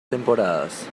temporadas